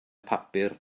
papur